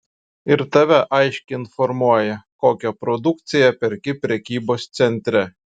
ir tave aiškiai informuoja kokią produkciją perki prekybos centre